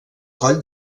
coll